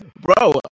Bro